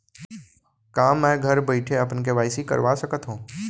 का मैं घर बइठे अपन के.वाई.सी करवा सकत हव?